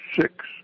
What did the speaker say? six